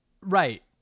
right